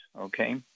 okay